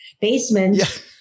basement